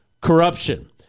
corruption